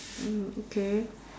mm okay